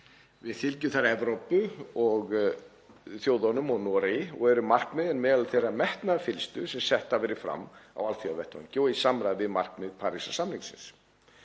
Við fylgjum þar Evrópusambandsþjóðunum og Noregi og eru markmiðin meðal þeirra metnaðarfyllstu sem sett hafa verið fram á alþjóðavettvangi og í samræmi við markmið Parísarsamningsins.